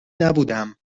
نبودم